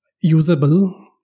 usable